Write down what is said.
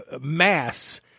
mass